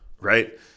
right